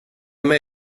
med